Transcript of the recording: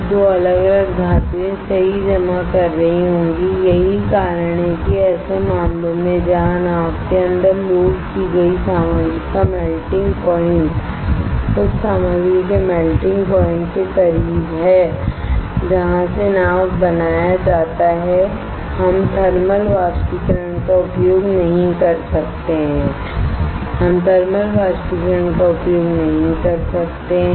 2 अलग अलग धातुएं सही जमा कर रही होंगी यही कारण है कि ऐसे मामलों में जहां नाव के अंदर लोड की गई सामग्री का मेल्टिंग प्वाइंट उस सामग्री के मेल्टिंग प्वाइंट के करीब है जहां से नाव बनाया जाता है हम थर्मल बाष्पीकरण का उपयोग नहीं कर सकते हैं हम थर्मल बाष्पीकरण का उपयोग नहीं कर सकते हैं